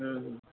हं हं